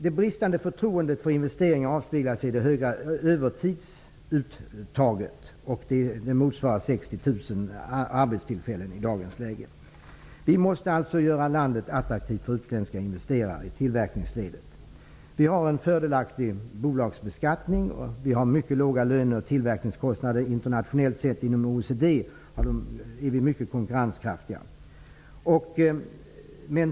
Det bristande förtroendet i fråga om investeringar avspeglar sig i det höga övertidsuttaget, som i dagens läge motsvarar 60 000 arbetstillfällen. Vi måste göra landet attraktivt för utländska investerare i tillverkningsledet. Vi har en fördelaktig bolagsbeskattning. Vi har mycket låga löner och tillverkningskostnader internationellt sett inom OECD. Där är vi mycket konkurrenskraftiga.